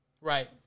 Right